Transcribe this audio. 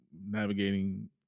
navigating